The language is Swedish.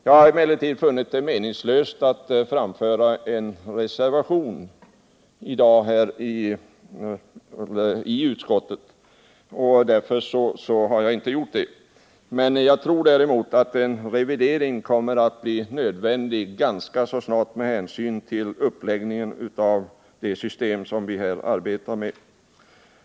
Jag har emellertid funnit det meningslöst att avge en reservation i utskottet. Däremot tror jag att en revidering kommer att bli nödvändig ganska snart med hänsyn till uppläggningen av det system som vi här arbetar med.